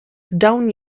dawn